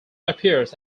appears